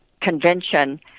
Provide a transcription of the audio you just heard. convention